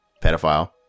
pedophile